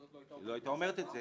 אחרת- - לא היתה אומרת את זה,